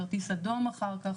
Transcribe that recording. כרטיס אדום אחר-כך,